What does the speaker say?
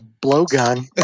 blowgun